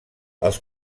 els